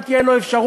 אם תהיה לנו אפשרות,